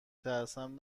ترسم